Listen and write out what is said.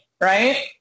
right